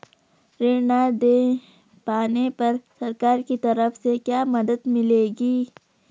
ऋण न दें पाने पर सरकार की तरफ से क्या मदद मिलेगी?